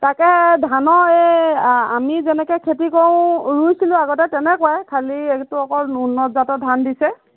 তাকে ধানৰ এই আ আমি যেনেকৈ খেতি কৰোঁ ৰুইছিলোঁ আগতে তেনেকুৱাই খালী এইটো অকণ উন্নত জাতৰ ধান দিছে